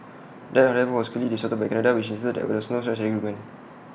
that however was quickly disputed by Canada which insisted that there was no such agreement